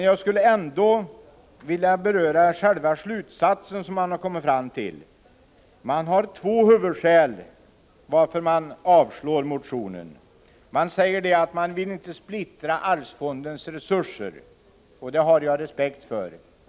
Jag skulle ändå vilja beröra den slutsats som utskottet har kommit fram till. Utskottet har två huvudskäl för att avslå motionen. Man vill inte splittra arvsfondens resurser, och det har jag respekt för.